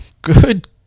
Good